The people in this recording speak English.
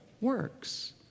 WORKS